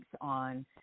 on